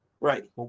Right